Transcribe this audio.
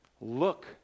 Look